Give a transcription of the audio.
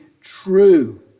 true